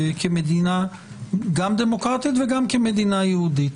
כמדינה דמוקרטית וגם כמדינה יהודית.